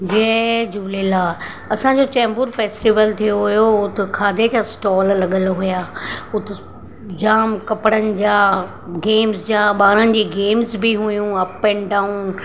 जय झूलेलाल असांजो चेंबूर फेस्टिवल थियो हुयो हुते खाधे जा स्टॉल लॻल हुया हुते जामु कपिड़नि जा गेम्स जा ॿारनि जी गेम्स बि हुयूं अप एन डाउन